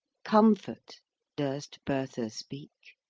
comfort durst bertha speak?